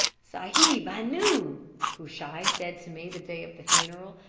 sahib, i knew cushai said to me the day of the funeral,